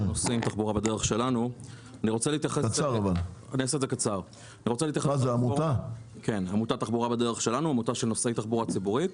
אמרתי לו: אני רוצה קודם כול תחבורה ציבורית,